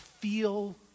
feel